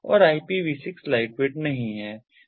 और IPv 6 lightweight नहीं है